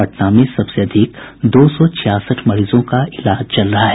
पटना में सबसे अधिक दो सौ छियासठ मरीजों का इलाज चल रहा है